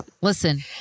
Listen